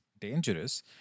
dangerous